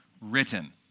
written